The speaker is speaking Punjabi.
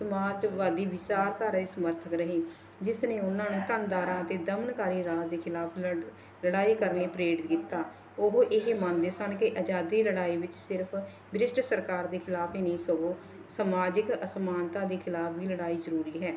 ਸਮਾਜਵਾਦੀ ਵਿਚਾਰਧਾਰਾ ਦੇ ਸਮਰਥਕ ਰਹੇ ਜਿਸ ਨੇ ਉਹਨਾਂ ਨੂੰ ਧੰਨਦਾਰਾਂ ਅਤੇ ਦਮਨਕਾਰੀ ਰਾਜ ਦੇ ਖਿਲਾਫ ਲੜ ਲੜਾਈ ਕਰਨ ਲਈ ਪ੍ਰੇਰਿਤ ਕੀਤਾ ਉਹ ਇਹ ਮੰਨਦੇ ਸਨ ਕਿ ਆਜ਼ਾਦੀ ਲੜਾਈ ਵਿੱਚ ਸਿਰਫ ਬ੍ਰਿਸ਼ਟ ਸਰਕਾਰ ਦੇ ਖਿਲਾਫ ਹੀ ਨਹੀਂ ਸਗੋਂ ਸਮਾਜਿਕ ਅਸਮਾਨਤਾ ਦੇ ਖਿਲਾਫ ਵੀ ਲੜਾਈ ਜ਼ਰੂਰੀ ਹੈ